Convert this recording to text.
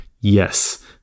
Yes